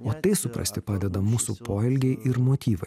o tai suprasti padeda mūsų poelgiai ir motyvai